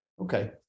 okay